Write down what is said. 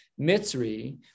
Mitzri